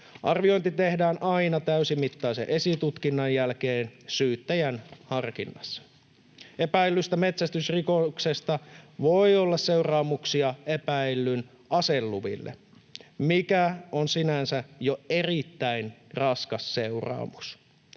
Arviointi tehdään aina täysimittaisen esitutkinnan jälkeen syyttäjän harkinnassa. Epäillystä metsästysrikoksesta voi olla seuraamuksia epäillyn aseluville, mikä on sinänsä jo erittäin raskas seuraamus.